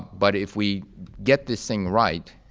but if we get this thing right,